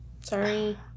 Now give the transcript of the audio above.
sorry